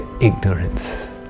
ignorance